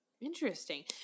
interesting